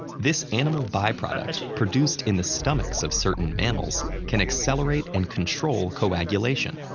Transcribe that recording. this animal byproduct, produced in the stomachs of certain mammals, can accelerate and control coagulation.